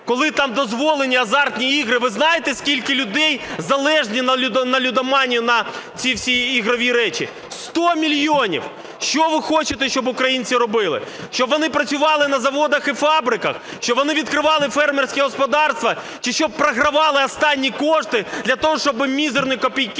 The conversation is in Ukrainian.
коли там дозволені азартні ігри, ви знаєте, скільки людей залежні на лудоманію, на ці всі ігрові речі? Сто мільйонів. Що ви хочете, щоб українці робили? Щоб вони працювали на заводах і фабриках, щоб вони відкривали фермерські господарства чи щоб програвали останні кошти для того, щоб мізерні копійки